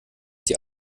die